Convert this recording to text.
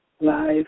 live